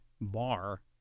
bar